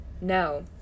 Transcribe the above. no